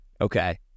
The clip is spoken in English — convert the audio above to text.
Okay